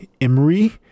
Emery